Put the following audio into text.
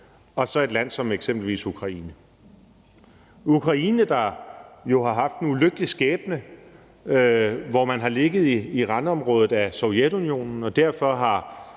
og så et land som eksempelvis Ukraine. Ukraine har jo haft en ulykkelig skæbne, hvor man har ligget i randområdet af Sovjetunionen og derfor har